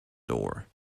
door